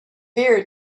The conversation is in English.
beer